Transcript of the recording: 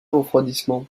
refroidissement